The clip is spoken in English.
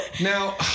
Now